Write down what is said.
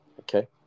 okay